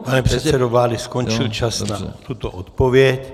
Pane předsedo vlády, skončil čas na tuto odpověď.